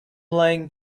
laying